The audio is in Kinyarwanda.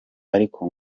ariko